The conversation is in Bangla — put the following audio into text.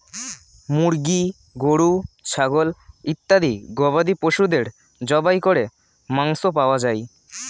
মুরগি, গরু, ছাগল ইত্যাদি গবাদি পশুদের জবাই করে মাংস পাওয়া যায়